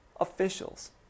officials